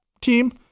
team